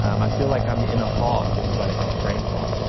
um i feel like i'm in a fog, which is why they call it brain fog.